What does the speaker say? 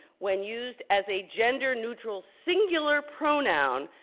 when used as a gender neutral singular pronoun,